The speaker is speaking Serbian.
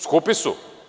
Skupi su.